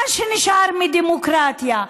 מה שנשאר מהדמוקרטיה,